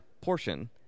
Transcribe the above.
portion